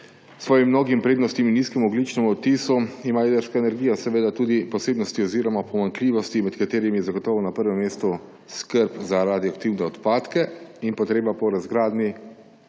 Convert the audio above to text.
svojim mnogim prednostim in nizkemu ogljičnemu odtisu ima jedrska energija seveda tudi posebnosti oziroma pomanjkljivosti, med katerimi je zagotovo na prvem mestu skrb za radioaktivne odpadke in potreba po razgradnji